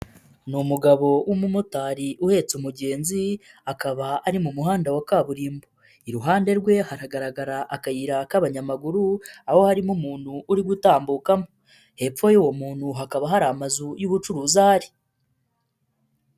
Ni umugabo w'umumotari uhetse umugenzi, akaba ari mu muhanda wa kaburimbo, iruhande rwe haragaragara akayira k'abanyamaguru, aho harimo umuntu uri gutambukamo, hepfo y'uwo muntu hakaba hari amazu y'ubucuruzi ahari.